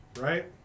right